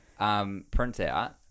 printout